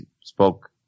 spoke –